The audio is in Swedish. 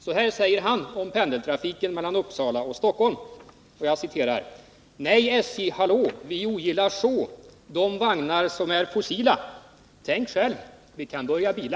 Så här säger han om pendeltrafiken mellan Uppsala och Stockholm: Vi ogillar så de vagnar som är fossila! Tänk själv — vi kan börja bila!”